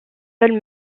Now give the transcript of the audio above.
seul